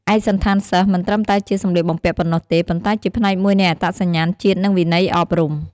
ឯកសណ្ឋានសិស្សមិនត្រឹមតែជាសម្លៀកបំពាក់ប៉ុណ្ណោះទេ ប៉ុន្តែជាផ្នែកមួយនៃអត្តសញ្ញាណជាតិ និងវិន័យអប់រំ។